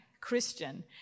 Christian